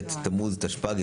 ט' בתמוז התשפ"ג,